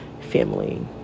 family